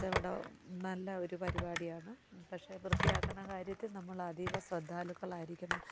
കച്ചവടം നല്ല ഒരു പരിപാടിയാണ് പക്ഷെ വൃത്തിയാക്കുന്ന കാര്യത്തിൽ നമ്മൾ അതീവ ശ്രദ്ധാലുക്കളായിരിക്കണം